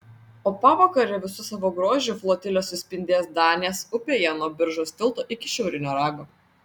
o pavakare visu savo grožiu flotilė suspindės danės upėje nuo biržos tilto iki šiaurinio rago